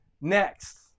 next